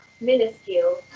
Minuscule